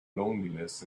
loneliness